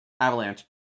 Avalanche